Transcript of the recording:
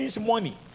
money